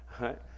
right